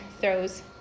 throws